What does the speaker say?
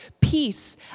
peace